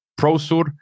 PROSUR